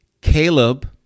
Caleb